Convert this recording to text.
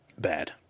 bad